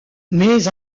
mais